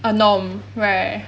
a norm right